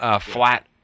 flat